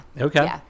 Okay